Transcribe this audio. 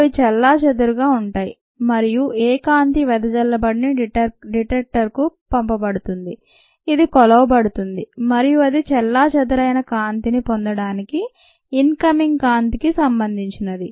అవి చెల్లాచెదురుగా ఉంటాయి మరియు ఏ కాంతి వెదజల్లబడని డిటెక్టర్కు పంపబడుతుంది ఇది కొలవబడుతుంది మరియు అది చెల్లాచెదరైన కాంతిని పొందడానికి ఇన్ కమింగ్ కాంతికి సంబంధించినది